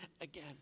again